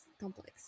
Complex